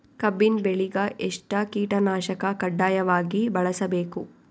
ಕಬ್ಬಿನ್ ಬೆಳಿಗ ಎಷ್ಟ ಕೀಟನಾಶಕ ಕಡ್ಡಾಯವಾಗಿ ಬಳಸಬೇಕು?